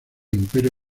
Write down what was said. imperio